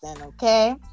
okay